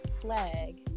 flag